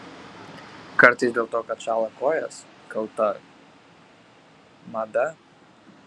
kartais dėl to kad šąla kojos kalta mada